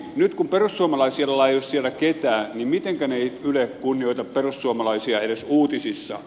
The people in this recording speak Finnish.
nyt kun perussuomalaisilla ei ole siellä ketään niin mitenkään ei yle kunnioita perussuomalaisia edes uutisissa